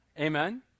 Amen